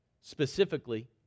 Specifically